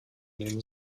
nehmen